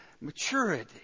maturity